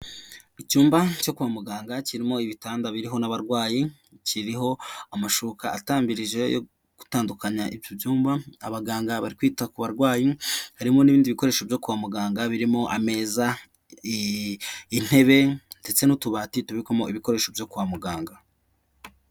Icyumba cyo kwa muganga kirimo ibitanda biriho n'abarwayi kiriho amashuka atambirije yo gutandukanyamba, abaganga bari kwita ku barwayi harimo n'ibindi bikoresho byo kwa muganga birimo amezaintebe ndetse n'utubati tubikomo ibikoresho byo kwa muganga.